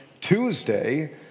Tuesday